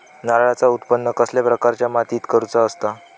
नारळाचा उत्त्पन कसल्या प्रकारच्या मातीत करूचा असता?